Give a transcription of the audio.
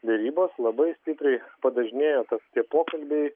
derybos labai stipriai padažnėjo tas tie pokalbiai